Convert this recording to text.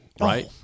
right